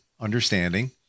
Understanding